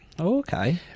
Okay